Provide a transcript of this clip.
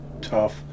tough